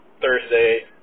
Thursday